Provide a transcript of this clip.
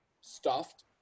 stuffed